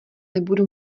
nebudu